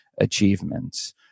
achievements